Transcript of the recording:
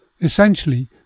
Essentially